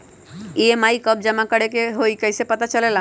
EMI कव जमा करेके हई कैसे पता चलेला?